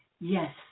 yes